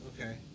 Okay